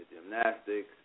gymnastics